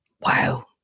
Wow